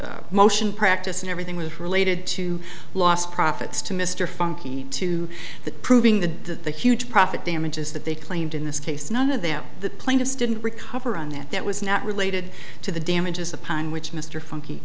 the motion practice and everything was related to lost profits to mr funky to the proving the huge profit damages that they claimed in this case none of them the plaintiffs didn't recover and that that was not related to the damages upon which mr funky